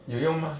有用吗